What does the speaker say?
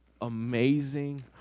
amazing